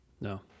No